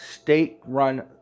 state-run